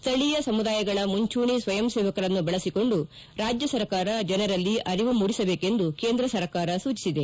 ಸ್ಥಳೀಯ ಸಮುದಾಯಗಳ ಮುಂಚೂಣಿ ಸ್ವಯಂ ಸೇವಕರನ್ನು ಬಳಸಿಕೊಂಡು ರಾಜ್ಯ ಸರ್ಕಾರ ಜನರಲ್ಲಿ ಅರಿವು ಮೂಡಿಸಬೇಕೆಂದು ಕೇಂದ್ರ ಸರ್ಕಾರ ಸೂಚಿಸಿದೆ